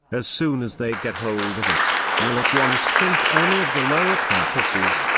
as soon as they get hold of it, will at once think only of the lower purposes,